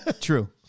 true